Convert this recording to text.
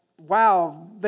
wow